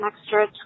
extra